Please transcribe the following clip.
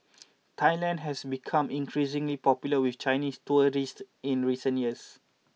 Thailand has become increasingly popular with Chinese tourists in recent years